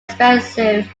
expensive